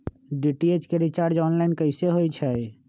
DTH के recharge online कैसे होईछई?